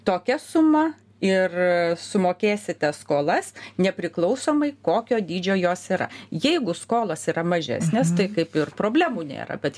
tokia suma ir sumokėsite skolas nepriklausomai kokio dydžio jos yra jeigu skolos yra mažesnės tai kaip ir problemų nėra bet